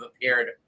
appeared